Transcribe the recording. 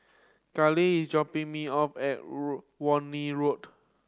Kayli is dropping me off at Warna Road